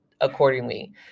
accordingly